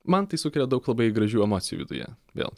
man tai sukelia daug labai gražių emocijų viduje vėl